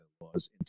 laws